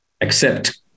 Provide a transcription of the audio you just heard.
accept